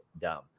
dumb